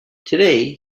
today